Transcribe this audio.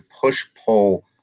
push-pull